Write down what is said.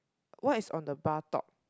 what is on the bar top